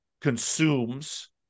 consumes